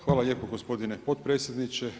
Hvala lijepo gospodine podpredsjedniče.